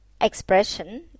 expression